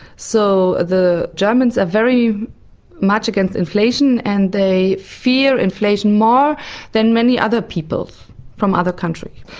so the germans are very much against inflation and they fear inflation more than many other peoples from other countries.